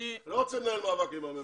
אני לא רוצה לנהל מאבק עם הממשלה,